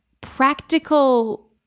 practical